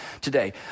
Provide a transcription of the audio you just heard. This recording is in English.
today